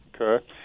Okay